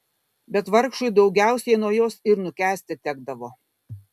bet vargšui daugiausiai nuo jos ir nukęsti tekdavo